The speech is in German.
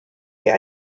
der